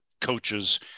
coaches